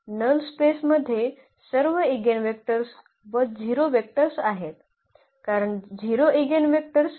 null space मध्ये सर्व eigenvectors व 0 वेक्टर आहेत कारण 0 ईगेनवेक्टर्स नाही